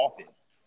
offense